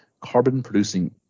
carbon-producing